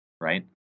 right